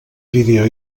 vídeo